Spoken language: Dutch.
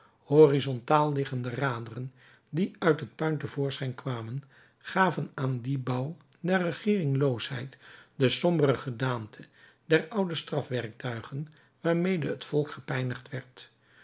horizontaal liggende raderen die uit het puin te voorschijn kwamen gaven aan dien bouw der regeeringloosheid de sombere gedaante der oude strafwerktuigen waarmede het volk gepijnigd werd